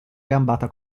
gambata